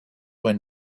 when